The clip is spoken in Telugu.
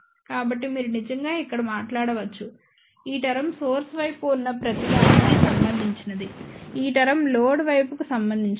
కాబట్టి మీరు నిజంగా ఇక్కడ మాట్లాడవచ్చు ఈ టర్మ్ సోర్స్ వైపు ఉన్న ప్రతిదానికీ సంబంధించినది ఈ టర్మ్ లోడ్ వైపుకు సంబంధించినది